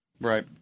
Right